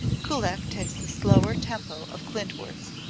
kullak takes the slower tempo of klindworth,